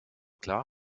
klar